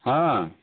ହଁ